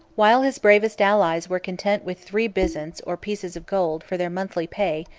while his bravest allies were content with three byzants or pieces of gold, for their monthly pay,